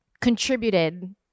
contributed